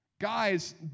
Guys